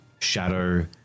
shadow